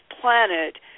planet